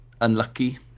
unlucky